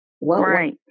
Right